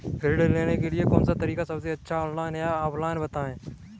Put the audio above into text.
ऋण लेने के लिए कौन सा तरीका सबसे अच्छा है ऑनलाइन या ऑफलाइन बताएँ?